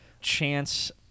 Chance